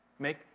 make